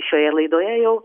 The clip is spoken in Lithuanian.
šioje laidoje jau